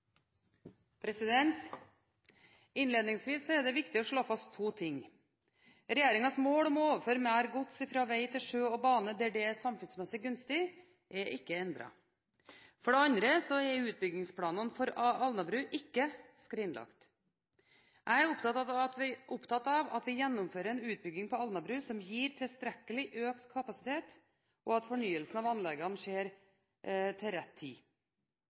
det viktig å slå fast to ting: Regjeringens mål om å overføre mer gods fra vei til sjø og bane der det er samfunnsmessig gunstig, er ikke endret. For det andre er utbyggingsplanene for Alnabru ikke skrinlagt. Jeg er opptatt av at vi gjennomfører en utbygging på Alnabru som gir tilstrekkelig økt kapasitet, og at fornyelsen av anleggene skjer til rett tid.